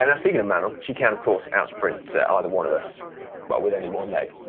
and speaking of manon, she can, of course, outsprint ah either one of us but with only one leg